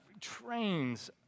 trains